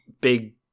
big